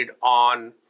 on